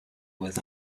was